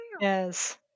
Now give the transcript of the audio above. Yes